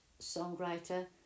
songwriter